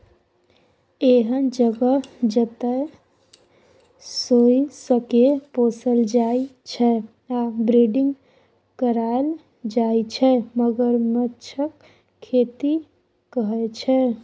एहन जगह जतय सोंइसकेँ पोसल जाइ छै आ ब्रीडिंग कराएल जाइ छै मगरमच्छक खेती कहय छै